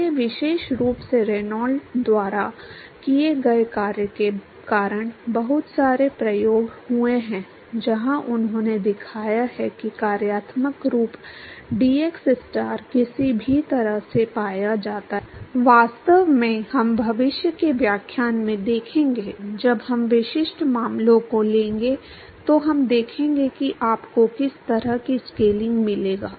इसलिए विशेष रूप से रेनॉल्ड्स द्वारा किए गए कार्य के कारण बहुत सारे प्रयोग हुए हैं जहां उन्होंने दिखाया है कि कार्यात्मक रूप डीएक्सस्टार किसी भी तरह से पाया जाता है वास्तव में हम भविष्य के व्याख्यान में देखेंगे जब हम विशिष्ट मामलों को लेंगे तो हम देखेंगे कि आपको किस तरह का स्केलिंग मिलेगा